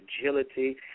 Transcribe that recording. agility